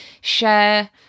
share